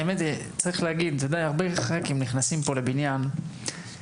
האמת היא שצריך להגיד שדי הרבה חברי כנסת נכנסים פה לבניין ומתפזרים